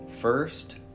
first